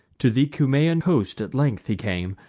to the cumaean coast at length he came,